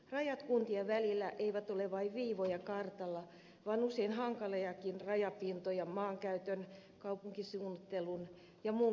rajat kuntien välillä eivät ole vain viivoja kartalla vaan usein hankaliakin rajapintoja maankäytön kaupunkisuunnittelun ja muun kehittämisen kentässä